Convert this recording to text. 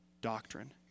doctrine